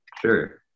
Sure